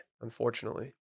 Unfortunately